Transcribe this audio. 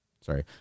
Sorry